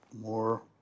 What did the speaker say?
more